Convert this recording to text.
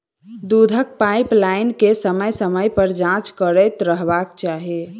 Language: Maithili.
दूधक पाइपलाइन के समय समय पर जाँच करैत रहबाक चाही